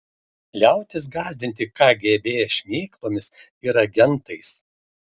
liautis gąsdinti kgb šmėklomis ir agentais